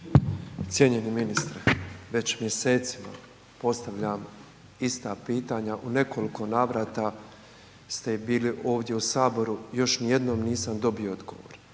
Cijenjeni ministre, već mjesecima postavljam ista pitanja u nekoliko navrata ste bili ovdje u saboru, još ni jednom nisam dobio odgovor.